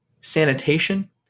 sanitation